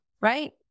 right